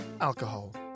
alcohol